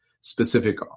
specific